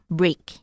break